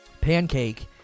Pancake